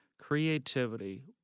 creativity